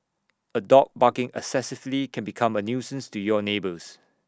A dog barking excessively can become A nuisance to your neighbours